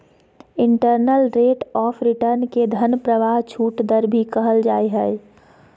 internal rate of return के धन प्रवाह छूट दर भी कहल जा हय